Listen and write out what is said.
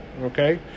Okay